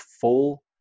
full